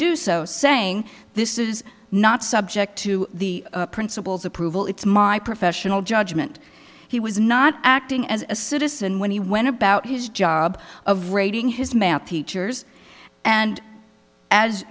do so saying this is not subject to the principals approval it's my professional judgment he was not acting as a citizen when he went about his job of raiding his math teachers and as